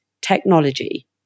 technology